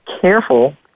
careful